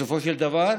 בסופו של דבר,